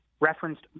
Referenced